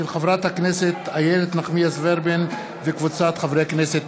של חברת הכנסת איילת נחמיאס ורבין וקבוצת חברי הכנסת.